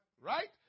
right